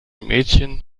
mädchen